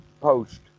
post